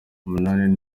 umunani